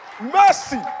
Mercy